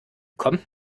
kommt